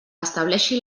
estableixi